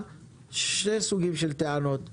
שני סוגי טענות היו למגדלים: